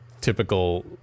typical